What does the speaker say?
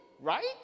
right